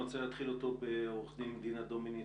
אני רוצה להתחיל אותו בעורכת דין דינה דומיניץ,